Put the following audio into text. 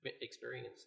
experience